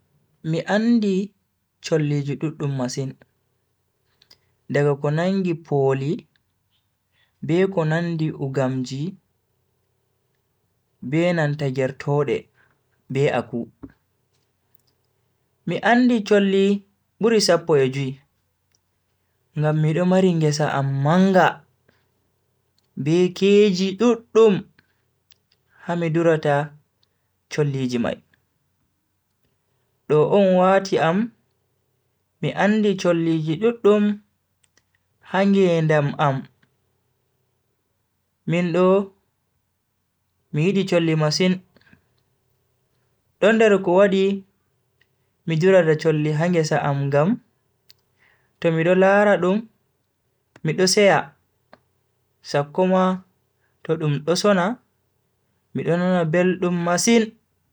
Mi andi cholliji duddum masin, daga ko nangi pooli, be ko nandi ugamji, be nanta gertoode, be aku. Mi andi cholliburi sappo e jui ngam mido mari ngesa am manga be keeji duddum ha mi durata cholliji mai, do on wati am mi andi cholliji duddum ha ngedam am. min do mi yidi cholli masin do nder ko wadi mi durata cholli ha ngesa am ngam to mido laara dum mido seya sakko ma to dum do sona mido nana beldum masin.